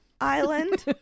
Island